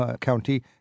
County